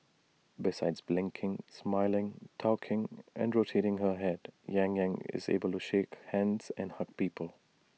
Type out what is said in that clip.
besides blinking smiling talking and rotating her Head yang Yang is able shake hands and hug people